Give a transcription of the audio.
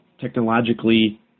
technologically